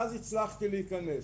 ואז הצלחתי להיכנס.